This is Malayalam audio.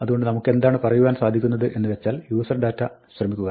അതുകൊണ്ട് നമുക്കെന്താണ് പറയുവാൻ സാധിക്കുന്നത് എന്നു വെച്ചാൽ userdata ശ്രമിക്കുക